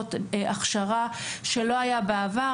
ומחנכות הכשרה שלא הייתה בעבר,